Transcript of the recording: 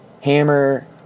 hammer